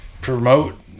promote